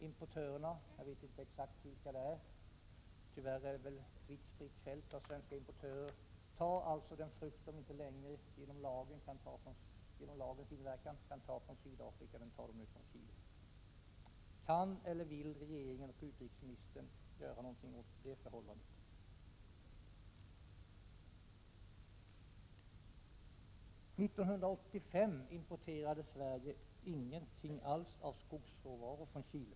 Importörerna — jag vet inte exakt vilka det är, tyvärr är det väl ett vitt spritt fält av svenska importörer — tar i dag alltså från Chile den frukt som de genom lagens inverkan inte längre kan importera från Sydafrika. År 1985 importerade Sverige ingenting alls av skogsråvaror från Chile.